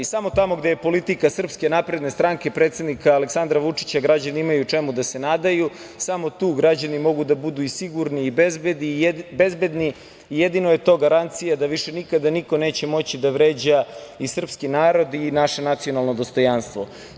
Samo tamo gde je politika Srpske napredne stranke i predsednika Aleksandra Vučića građani imaju čemu da se nadaju, samo tu građani mogu da budu i sigurni i bezbedni i jedino je to garancija da više nikada niko neće moći da vređa i srpski narod i naše nacionalno dostojanstvo.